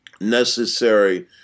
necessary